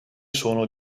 sono